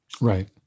Right